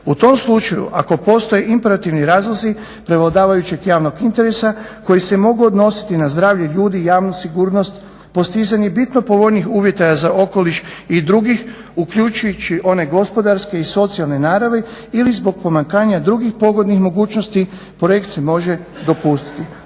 U tom slučaju ako postoje imperativni razlozi prevladavajućeg javnog interesa koji se mogu odnositi na zdravlje ljudi, javnu sigurnost, postizanje bitno povoljnijih uvjeta za okoliš i drugih uključujući one gospodarske i socijalne naravi ili zbog pomanjkanja drugih pogodnih mogućnosti projekt se može dopustiti.